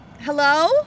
Hello